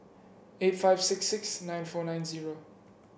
eight five six six nine four nine zero